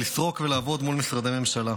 לסרוק ולעבוד מול משרדי ממשלה.